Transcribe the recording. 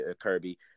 Kirby